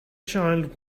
child